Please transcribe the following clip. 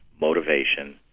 motivation